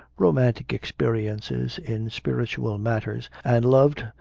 romantic experiences in spiritual matters and loved,